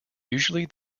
usually